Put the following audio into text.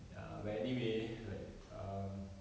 ya but anyway like um